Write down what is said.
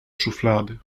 szuflady